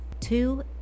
Two